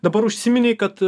dabar užsiminei kad